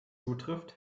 zutrifft